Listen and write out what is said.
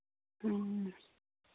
ᱦᱮᱸ